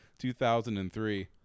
2003